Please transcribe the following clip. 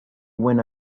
when